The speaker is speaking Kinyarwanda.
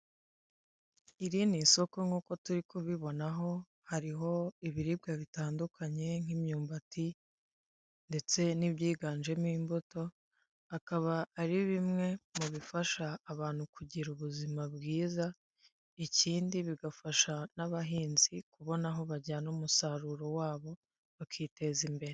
Iri ni isoko nkuko turi kubibonaho hariho ibiribwa bitandukanye nk'imyumbati ndetse nibyiganjemo imbuto, akaba ari bimwe mu bifasha abantu kugira ubuzima bwiza ikindi bigafasha n'abahinzi kubona aho bajyana umusaruro wabo bakiteza imbere.